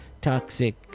toxic